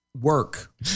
Work